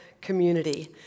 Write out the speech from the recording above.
community